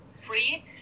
free